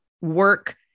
work